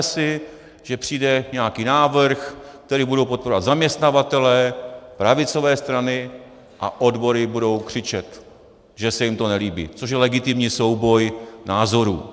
Představme si, že přijde nějaký návrh, který budou podporovat zaměstnavatelé, pravicové strany a odbory budou křičet, že se jim to nelíbí, což je legitimní souboj názorů.